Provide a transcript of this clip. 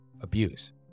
abuse